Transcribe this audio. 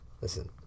Listen